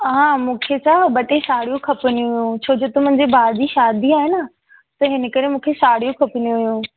हा मूंखे छा ॿ टे साड़ियूं खपंदी हुयूं छो जो त मुंहिंजे भाउ जी शादी आहे न त हिन करे मूंखे साड़ियूं खपंदी हुयूं